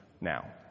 now